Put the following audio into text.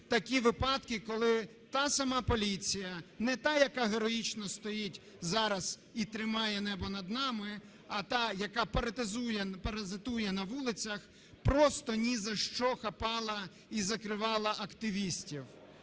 такі випадки, коли та сама поліція, не така, яка героїчно стоїть зараз і тримає небо над нами, а така, яка паразитує на вулицях, просто ні за що хапала і закривала активістів.